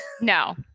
No